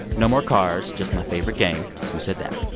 no more cars, just my favorite game, who said that